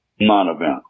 non-event